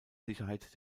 sicherheit